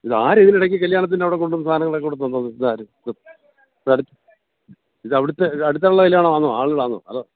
ഇത് ആ രീതിയിൽ ഇടക്ക് കല്യാണത്തിൻ്റെ അവിടെ കൊണ്ട് വന്ന് സാധനങ്ങളക്കെ കൊണ്ട് തന്നത് ഇതാര് ഇത് ഇത് ഇത് അവിടുത്തെ ഇത് അടുത്തുള്ള കല്യാണമാന്നോ ആളുകളാന്നോ അതോ